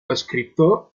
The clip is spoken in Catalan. escriptor